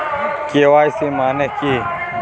KYC মানে কী?